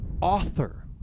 author